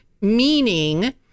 meaning